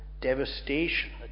devastation